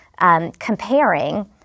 comparing